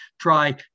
try